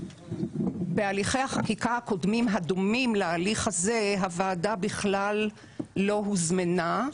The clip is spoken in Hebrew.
כאשר בהליכי החקיקה הקודמים הדומים להליך הזה הוועדה בכלל לא הוזמנה,